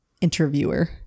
interviewer